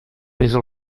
pesa